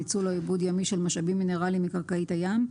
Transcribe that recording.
ניצול או עיבוד ימי של משאבים מינרלים מקרקעית הים,